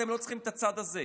אתם לא צריכים את הצד הזה.